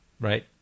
Right